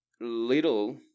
little